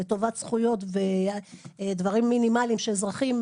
לטובת זכויות ודברים מינימליים שאזרחים,